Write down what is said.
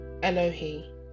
elohi